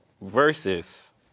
versus